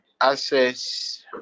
access